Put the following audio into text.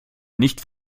nicht